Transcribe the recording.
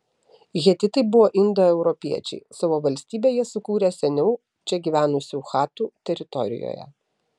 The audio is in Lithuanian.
hetitai buvo indoeuropiečiai savo valstybę jie sukūrė seniau čia gyvenusių chatų teritorijoje